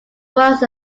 was